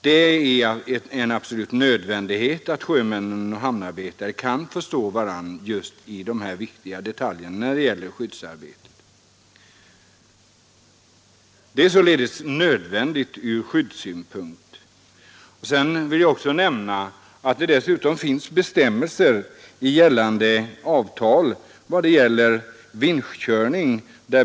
Det är en absolut nödvändighet att sjömännen och hamnarbetar 3 maj 1973 na kan förstå varandra just i dessa viktiga detaljer när det gäller —=— skyddsarbetet. Språkkunskaper är således en nödvändighet från skydds Rätt till ledighet synpunkt. och lön vid del Sedan vill jag nämna att det dessutom finns bestämmelser i gällande tagande i svenskavtal beträffande vinschkörning.